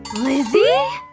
lizzie?